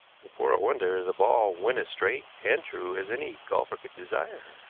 for a wonder, the ball went as straight and true as any golfer could desire.